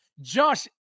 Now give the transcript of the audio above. Josh